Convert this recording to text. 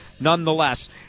nonetheless